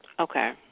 Okay